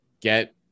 get